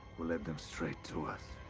we lead them straight to us.